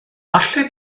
allet